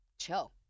chill